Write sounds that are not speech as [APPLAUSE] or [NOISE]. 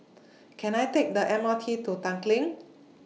[NOISE] Can I Take The M R T to Tanglin